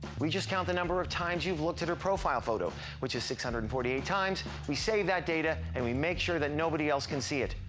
we just count the number of times you've looked at her profile photo, which is six hundred and forty eight times. we save that data. and we make sure that nobody else can see it.